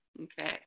Okay